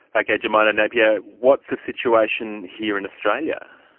okay, jemina napier, what's the situation here in australia?